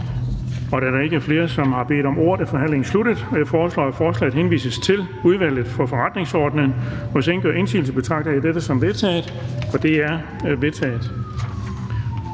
Da der ikke er flere, som har bedt om ordet, er forhandlingen sluttet. Jeg foreslår, at forslaget henvises til Udvalget for Forretningsordenen, og hvis ingen gør indsigelse, betragter jeg dette som vedtaget. Det er vedtaget.